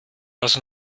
was